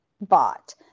bought